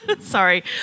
Sorry